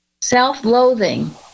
Self-loathing